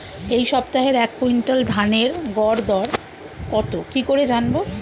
এই সপ্তাহের এক কুইন্টাল ধানের গর দর কত কি করে জানবো?